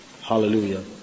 Hallelujah